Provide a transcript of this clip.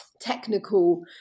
technical